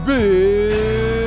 Big